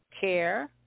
care